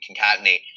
concatenate